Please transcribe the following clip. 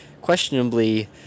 questionably